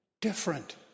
different